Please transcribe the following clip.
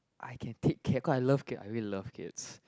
I can take care cause I love kids I really love kids